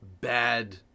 bad